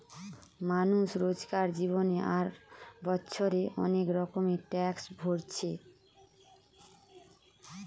মানুষ রোজকার জীবনে আর বছরে অনেক রকমের ট্যাক্স ভোরছে